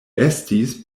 estis